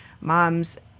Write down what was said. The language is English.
moms